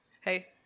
Hey